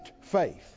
faith